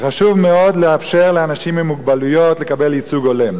וחשוב מאוד לאפשר לאנשים עם מוגבלות לקבל ייצוג הולם,